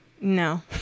No